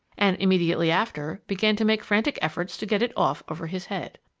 and immediately after began to make frantic efforts to get it off over his head!